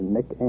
Nick